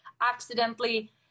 accidentally